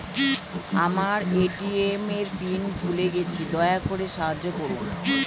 আমার এ.টি.এম এর পিন ভুলে গেছি, দয়া করে সাহায্য করুন